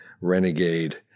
renegade